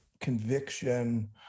conviction